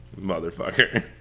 motherfucker